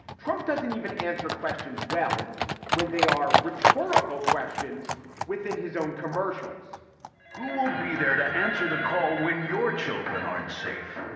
trump doesn't even answer questions well when they are rhetorical questions within his own commercials who will be there to answer the call when your children are safe?